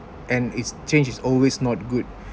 and is change is always not good